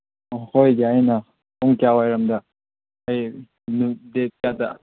ꯍꯣꯏ ꯌꯥꯏꯅ ꯄꯨꯡ ꯀꯌꯥ ꯋꯥꯏꯔꯝꯗ ꯑꯩ ꯗꯦꯗ ꯀꯌꯥꯗ